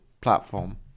platform